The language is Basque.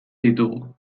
ditugu